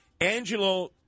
Angelo